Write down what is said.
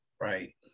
right